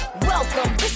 Welcome